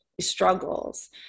struggles